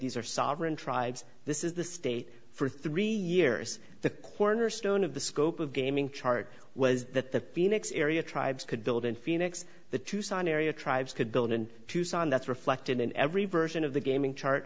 these are sovereign tribes this is the state for three years the cornerstone of the scope of gaming chart was that the phoenix area tribes could build in phoenix the tucson area tribes could build in tucson that's reflected in every version of the gaming chart